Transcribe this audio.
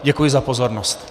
Děkuji za pozornost.